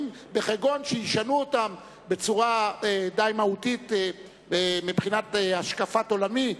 בכגון שישנו אותם בצורה די מהותית מבחינת השקפת עולמי,